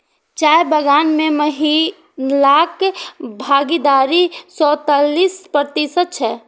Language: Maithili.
चाय बगान मे महिलाक भागीदारी सैंतालिस प्रतिशत छै